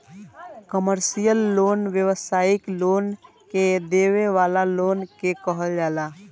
commercial loan व्यावसायिक लोग के देवे वाला लोन के कहल जाला